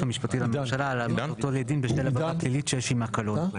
המשפטי לממשלה על העמדתו לדין בשל עבירה פלילית שיש עמה קלון'.